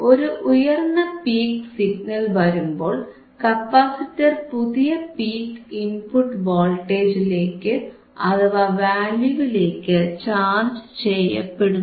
ഒരു ഉയർന്ന peak signal വരുമ്പോൾ കപ്പാസിറ്റർ പുതിയ പീക്ക് ഇൻപുട്ട് വോൾട്ടേജിലേക്ക് അഥവാ വാല്യൂവിലേക്ക് ചാർജ് ചെയ്യപ്പെടുന്നു